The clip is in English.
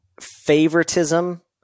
favoritism